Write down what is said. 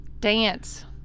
Dance